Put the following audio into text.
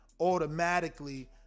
automatically